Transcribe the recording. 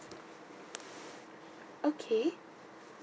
okay